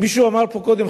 מישהו אמר פה קודם,